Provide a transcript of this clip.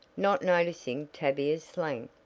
not noticing tavia's slang.